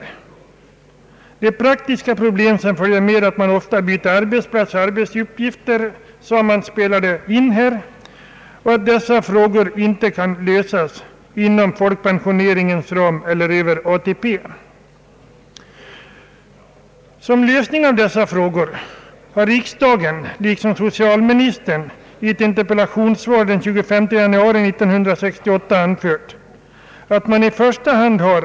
Utredningen betonade att de praktiska problem, som följer av att folk ofta byter arbetsplats och arbetsuppgifter, spelar in i sammanhanget. Dessa frågor kunde därför inte enligt utredningens mening lösas inom folkpensioneringens ram eller över ATP. Dessa frågor har riksdagen, liksom socialministern i ett interpellationssvar den 25 januari 1968, ansett böra lösas i första hand avtalsvägen.